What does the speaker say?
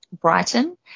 Brighton